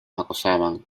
acosaban